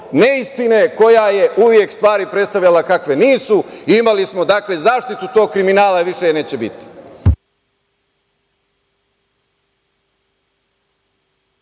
neistine koja je uvek stvari predstavljala kakve nisu i imali smo zaštitu tog kriminala – više je neće biti.